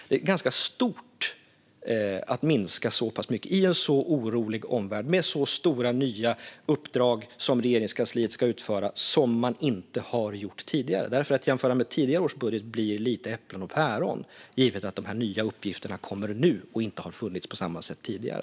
Det är ganska stort att minska så pass mycket med en så orolig omvärld och med så stora nya uppdrag som Regeringskansliet ska utföra som man inte har haft tidigare. Att jämföra med tidigare års budgetar blir ju lite äpplen och päron, givet att de nya uppgifterna kommer nu och inte har funnits på samma sätt tidigare.